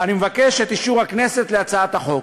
אני מבקש את אישור הכנסת להצעת החוק.